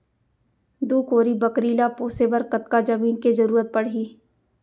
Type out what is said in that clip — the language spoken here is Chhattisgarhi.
दू कोरी बकरी ला पोसे बर कतका जमीन के जरूरत पढही?